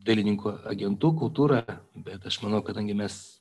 dailininko agentų kultūrą bet aš manau kadangi mes